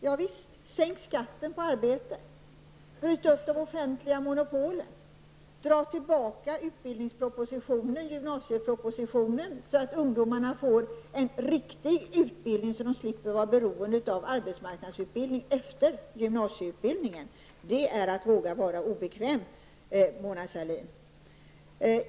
Javisst, sänk skatten på arbete, bryt upp de offentliga monopolen och dra tillbaka gymnasiepropositionen, så att ungdomarna får en riktig utbildning och slipper vara beroende av arbetsmarknadsutbildning efter gymnasieutbildningen. Det är att våga vara obekväm, Mona Sahlin.